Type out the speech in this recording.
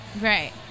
right